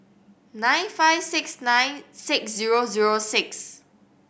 nine five six nine six zero zero six